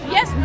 Yes